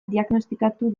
diagnostikatu